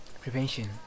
prevention